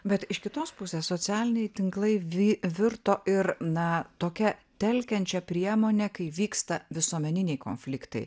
bet iš kitos pusės socialiniai tinklai vi virto ir na tokia telkiančia priemone kai vyksta visuomeniniai konfliktai